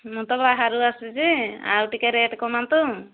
ମୁଁ ତ ବାହାରୁ ଆସିଛି ଆଉ ଟିକେ ରେଟ୍ କମାନ୍ତୁ